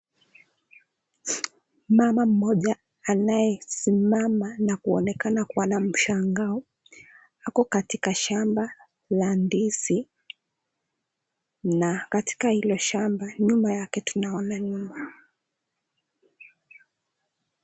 Mama mmoja anayesimama na kuonekana kuwa na mshangao ako katika shamba la ndizi na katika ile shamba nyuma yake tunaona nyumba.